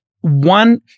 one